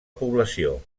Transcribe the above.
població